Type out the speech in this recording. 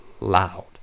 loud